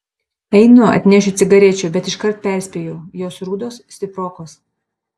einu atnešiu cigarečių bet iškart perspėju jos rudos stiprokos